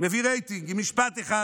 הוא מביא רייטינג עם משפט אחד,